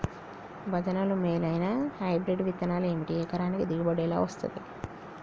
భజనలు మేలైనా హైబ్రిడ్ విత్తనాలు ఏమిటి? ఎకరానికి దిగుబడి ఎలా వస్తది?